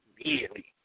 immediately